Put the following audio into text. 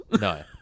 No